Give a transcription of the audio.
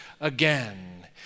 again